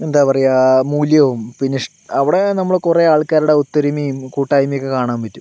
എന്താ പറയുക മൂല്യവും പിന്നിഷ് അവിടെ നമ്മൾ കുറേ ആൾക്കാരുടെ ഒത്തൊരുമയും കൂട്ടായ്മയുമൊക്കെ കാണാൻ പറ്റും